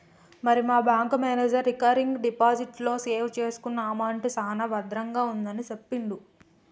మరి మా bank manager recurring deposit లో సేవ్ చేసుకున్న అమౌంట్ సాన భద్రంగా ఉంటుందని సెప్పిండు